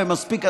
ומספיק,